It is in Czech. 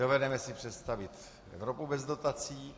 Dovedeme si představit Evropu bez dotací.